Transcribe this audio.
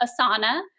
Asana